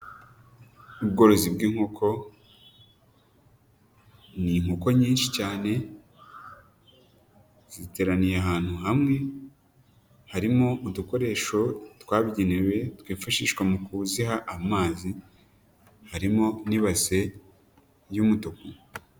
Ubworozi bw'inkoko n'inkoko nyinshi cyane ziteraniye ahantu hamwe harimo udukoresho twabigenewe twifashishwa mu kuziha amazi, harimo n'ibase y'umutuku.